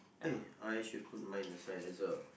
eh I should put mine aside as well